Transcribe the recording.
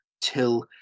till